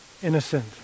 Innocent